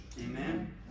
Amen